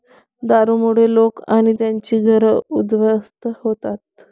दारूमुळे लोक आणि त्यांची घरं उद्ध्वस्त होतात